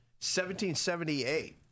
1778